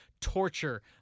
torture